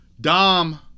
Dom